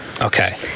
Okay